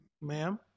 ma'am